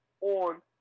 on